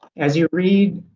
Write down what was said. as you read,